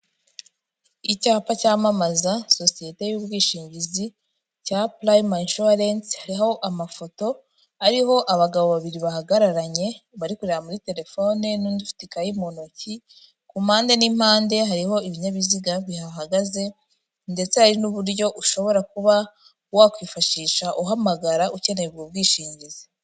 Icyapa cyamamaza sosiyete y'ubwishingizi, cya Purayima Inshuwarensi hariho amafoto, ariho abagabo babiri bahagararanye, bari kureba muri telefone n'undi ufite ikayi mu ntoki, ku mpande n'impande hariho ibinyabiziga bihahagaze, ndetse hari n'uburyo ushobora kuba wakwifashisha uhamagara ukeneye ubwo bwishingizi.